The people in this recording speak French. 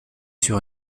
sur